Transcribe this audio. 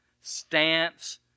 stance